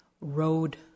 road